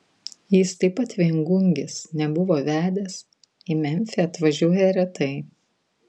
jis taip pat viengungis nebuvo vedęs į memfį atvažiuoja retai